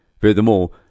Furthermore